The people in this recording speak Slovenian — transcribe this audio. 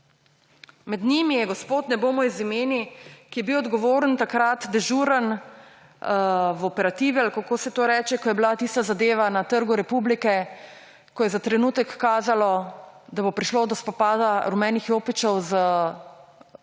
Med njimi je gospod, ne bomo z imeni, ki je bil odgovoren takrat, dežuren v operativi, ali kako se to reče, ko je bila tista zadeva na Trgu republike, ko je za trenutek kazalo, da bo prišlo do spopada rumenih jopičev s